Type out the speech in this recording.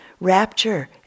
rapture